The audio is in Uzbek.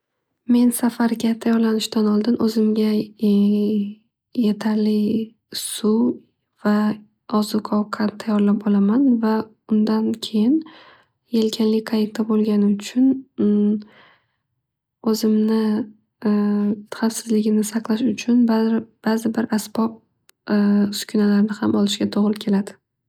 Men safarga tayyorlanishimdan oldin o'zimga yetarli suv va ozuq ovqat tayorlab olaman va undan keyin yelkanli qayiqda bo'lgani uchun o'zimni xavfsizligimni saqlash uchun bazi bir asbob uskunalani ham olishga to'g'ri keladi.